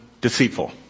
deceitful